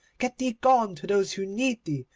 get thee gone to those who need thee,